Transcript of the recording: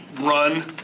run